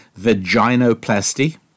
vaginoplasty